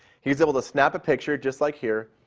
he's able to snap a picture just like here,